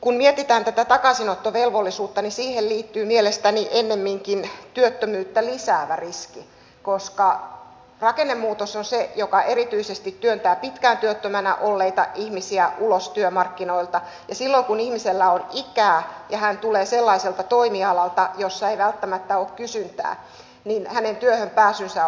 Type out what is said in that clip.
kun mietitään tätä takaisinottovelvollisuutta niin siihen liittyy mielestäni ennemminkin työttömyyttä lisäävä riski koska rakennemuutos on se joka erityisesti työntää pitkään työttömänä olleita ihmisiä ulos työmarkkinoilta ja silloin kun ihmisellä on ikää ja hän tulee sellaiselta toimialalta jossa ei välttämättä ole kysyntää hänen työhön pääsynsä on vaikeaa